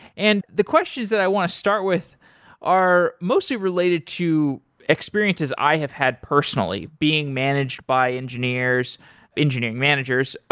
and the questions that i want to start with are mostly related to experiences i have had personally being managed by engineering engineering managers,